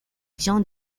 xian